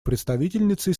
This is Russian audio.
представительницей